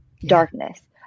darkness